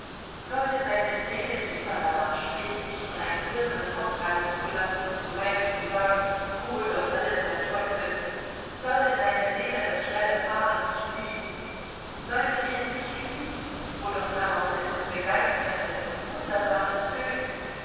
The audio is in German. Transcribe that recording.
sollte seine seele die immer danach strebt sich von einem wirbel fortreißen zu lassen und zuweilen zu sagen hol doch alles der teufel sollte seine seele das schnelle fahren nicht lieben sollte sie es nicht lieben wo doch daraus etwas begeisterndes und wundersames tönt